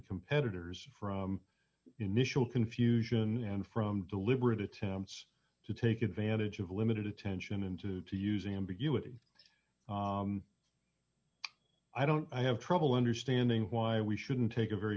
competitors from initial confusion and from deliberate attempts to take advantage of limited attention into to using ambiguity i don't have trouble understanding why we shouldn't take a very